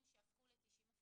שהפכו ל-90.